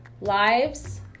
lives